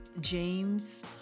James